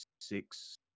six